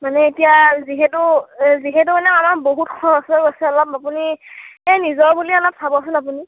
মানে এতিয়া যিহেতু এ যিহেতু মানে আমাৰ বহুত খৰচ হৈ গৈছে অলপ আপুনি এই নিজৰ বুলি অলপ চাবচোন আপুনি